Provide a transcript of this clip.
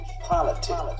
politics